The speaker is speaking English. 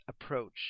approach